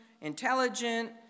intelligent